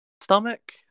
stomach